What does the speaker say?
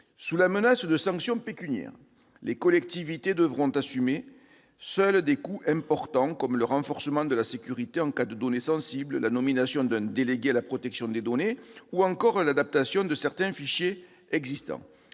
sous la menace de sanctions pécuniaires, les collectivités devront assumer seules des coûts importants relatifs, entre autres, au renforcement de la sécurité en cas de données sensibles, à la nomination d'un délégué à la protection des données ou encore à l'adaptation de certains fichiers existants.